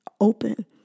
open